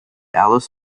alice